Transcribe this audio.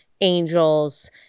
angels